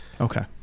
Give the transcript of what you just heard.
okay